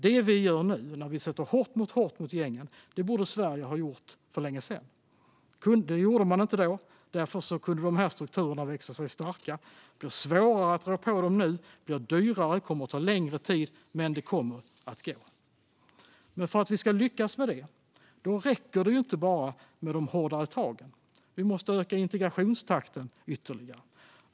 Det vi gör nu, när vi sätter hårt mot hårt mot gängen, borde Sverige ha gjort för länge sedan. Det gjorde man inte då, och därför kunde dessa strukturer växa sig starka. Det blir svårare att rå på dem nu. Det blir dyrare och kommer att ta längre tid, men det kommer att gå. För att vi ska lyckas med detta räcker det dock inte bara med de hårdare tagen, utan vi måste också öka integrationstakten ytterligare.